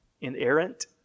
Inerrant